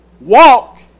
walk